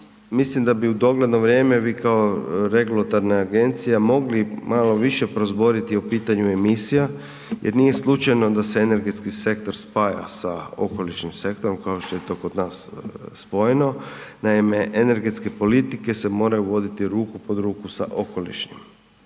mislim da bi u dogledno vrijeme vi kao regulatorna agencija mogli malo više prozboriti o pitanju emisija jer nije slučajno da se energetski sektor spaja sa okolišnim sektorom kao što je to kod nas spojeno. Naime, energetske politike se moraju voditi ruku pod ruku sa okolišnom.